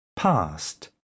past